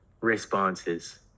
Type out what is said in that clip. responses